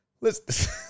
listen